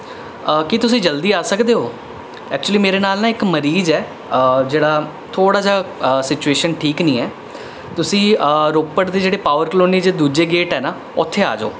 ਕੀ ਤੁਸੀਂ ਜਲਦੀ ਆ ਸਕਦੇ ਹੋ ਐਕਚੁਅਲੀ ਮੇਰੇ ਨਾਲ ਨਾ ਇੱਕ ਮਰੀਜ਼ ਹੈ ਜਿਹੜਾ ਥੋੜ੍ਹਾ ਜਿਹਾ ਸਿਚੁਏਸ਼ਨ ਠੀਕ ਨਹੀਂ ਹੈ ਤੁਸੀਂ ਰੋਪੜ ਦੇ ਜਿਹੜੇ ਪਾਵਰ ਕਲੋਨੀ 'ਚ ਦੂਜੇ ਗੇਟ ਹੈ ਨਾ ਉੱਥੇ ਆ ਜਾਉ